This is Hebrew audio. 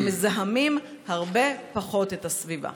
המזהמים הרבה פחות את הסביבה?